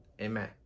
amen